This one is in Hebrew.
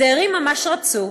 הדיירים ממש רצו,